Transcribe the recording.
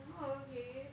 oh okay